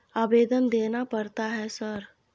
आवेदन देना पड़ता है सर?